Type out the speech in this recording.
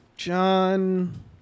John